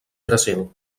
brasil